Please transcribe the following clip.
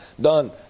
done